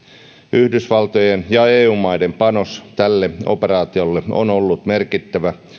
yhdysvaltojen ja eu maiden panos tälle operaatiolle on ollut merkittävä